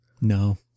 No